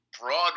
broad